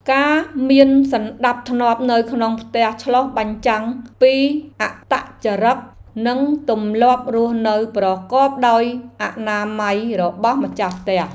ការមានសណ្តាប់ធ្នាប់នៅក្នុងផ្ទះឆ្លុះបញ្ចាំងពីអត្តចរិតនិងទម្លាប់រស់នៅប្រកបដោយអនាម័យរបស់ម្ចាស់ផ្ទះ។